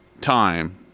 time